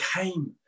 came